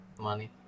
money